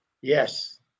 yes